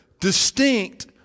distinct